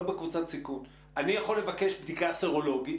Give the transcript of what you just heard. לא בקבוצת סיכון אני יכול לבקש בדיקה סרולוגית.